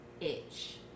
Itch